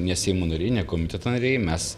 nes seimo nariai ne komiteto nariai mes